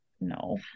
no